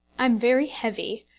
i am very heavy,